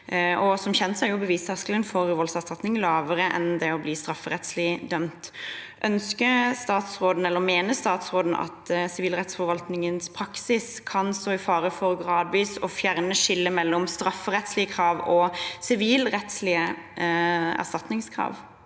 Som kjent er bevisterskelen for voldsoffererstatning lavere enn det å bli strafferettslig dømt. Mener statsråden at Sivilrettsforvaltningens praksis kan stå i fare for gradvis å fjerne skillet mellom strafferettslige krav og sivilrettslige erstatningskrav?